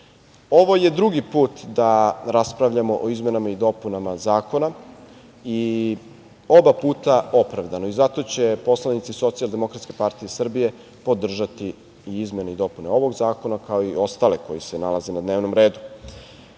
Ovo je drugi put da raspravljamo o izmenama i dopunama zakona i oba puta opravdano. Zato će poslanici Socijaldemokratske partije Srbije podržati izmene i dopune ovog zakona, kao i ostale koji se nalaze na dnevnom redu. Prvi